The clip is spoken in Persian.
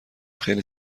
خیلی